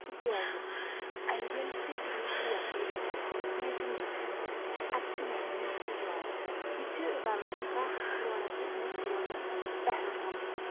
تِکیٛازِ ییٚلہِ تہِ ٹیٛوٗرِسٹہٕ یَپٲرۍ یِوان چھِ بہٕ ییٚتٮ۪ن بَسَن چھَس اَتھ چھِ وَنان تھٔج وارا یہِ چھِ رَلان کَتھ روڈَس سۭتۍ یُس روڈ گژھان چھِ پہلگام کُن